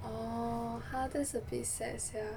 orh !huh! that's a bit sad sia